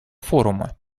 форума